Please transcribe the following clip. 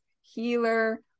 healer